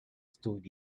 stood